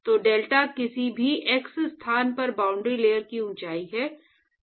तो डेल्टा किसी भी x स्थान पर बाउंड्री लेयर की ऊंचाई है